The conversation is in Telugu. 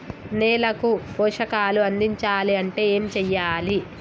నేలకు పోషకాలు అందించాలి అంటే ఏం చెయ్యాలి?